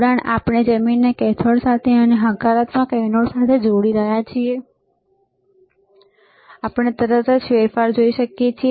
જોડાણ જે આપણે જમીનને કેથોડ સાથે અને હકારાત્મકને એનોડ સાથે જોડી રહ્યા છીએ આપણે તરત જ ફેરફાર જોઈ શકીએ છીએ